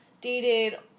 dated